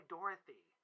Dorothy